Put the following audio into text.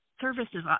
services